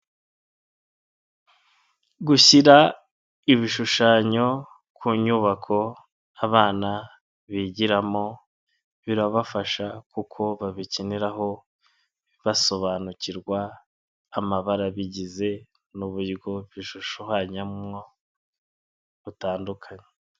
Gushyira ibishushanyo ku nyubako abana bigiramo birabafasha kuko babikiniraho basobanukirwa amabara abigize n'uburyo bishushanywamo butandukanye.